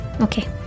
Okay